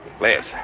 Yes